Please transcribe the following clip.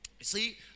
see